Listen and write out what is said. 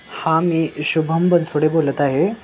हां मी शुभम बनफुडे बोलत आहे